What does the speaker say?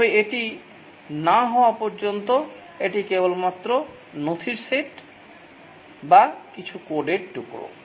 তবে এটি না হওয়া পর্যন্ত এটি কেবলমাত্র নথির সেট বা কিছু কোডের টুকরো